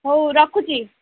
ହଉ ରଖୁଛି